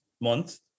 month